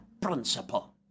principle